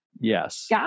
Yes